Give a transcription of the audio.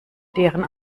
deren